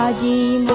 ah da